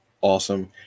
awesome